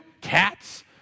Cats